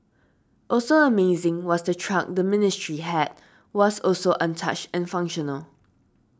also amazing was the truck the Ministry had was also untouched and functional